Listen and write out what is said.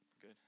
Good